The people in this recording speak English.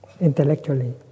Intellectually